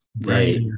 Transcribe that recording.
Right